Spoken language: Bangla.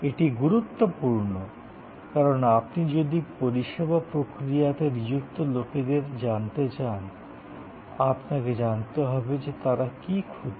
এটি গুরুত্বপূর্ণ কারণ আপনি যদি পরিষেবা প্রক্রিয়াতে নিযুক্ত লোকেদের জানতে চান আপনাকে জানতে হবে যে তাঁরা কি খুঁজছেন